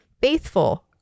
faithful